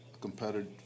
competitive